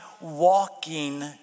walking